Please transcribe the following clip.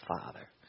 Father